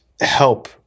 help